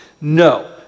No